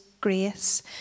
grace